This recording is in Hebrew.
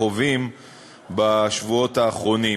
חווים בשבועות האחרונים.